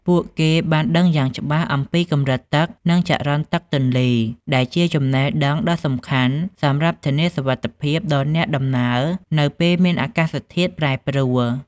ពួកគេបានដឹងយ៉ាងច្បាស់អំពីកម្រិតទឹកនិងចរន្តទឹកទន្លេ ដែលជាចំណេះដឹងដ៏សំខាន់សម្រាប់ធានាសុវត្ថិភាពដល់អ្នកដំណើរនៅពេលមានអាកាសធាតុប្រែប្រួល។